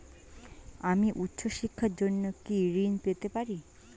আমি উচ্চশিক্ষার জন্য কি ঋণ পেতে পারি?